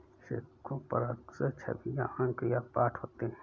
सिक्कों पर अक्सर छवियां अंक या पाठ होते हैं